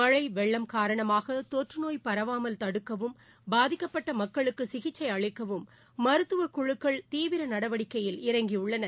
மழைவெள்ளம் காரணமாகதொற்றுநோய் தடுக்கவும் பரவாமல் பாதிக்கப்பட்டமக்களுக்குசிகிச்சைஅளிக்கவும் மருத்துவகுழுக்கள் தீவிரநடவடிக்கையில் இறங்கியுள்ளனர்